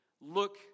look